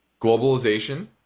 globalization